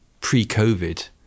pre-COVID